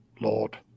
Lord